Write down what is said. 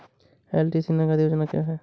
LTC नगद योजना क्या है?